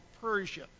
Persia